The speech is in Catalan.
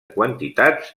quantitats